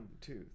two